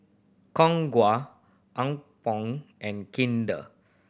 Khong Guan Apgujeong and Kinder